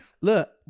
Look